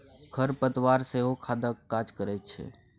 खर पतवार सेहो खादक काज करैत छै